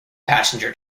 passenger